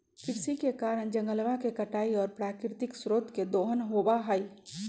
कृषि के कारण जंगलवा के कटाई और प्राकृतिक स्रोत के दोहन होबा हई